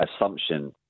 assumption